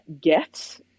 get